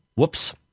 Whoops